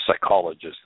psychologist